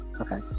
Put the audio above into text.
okay